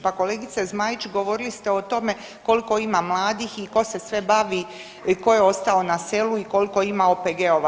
Pa kolegice Zmaić, govorili ste o tome koliko ima mladih i ko se sve bavi, ko je ostao na selu i koliko ima OPG-ova.